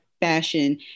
fashion